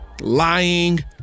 lying